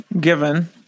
given